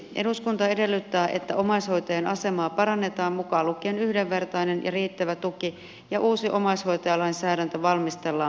eduskunta edellyttää että omaishoitajien asemaa parannetaan mukaan lukien yhdenvertainen ja riittävä tuki ja uusi omaishoitajalainsäädäntö valmistellaan pikaisesti